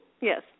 Yes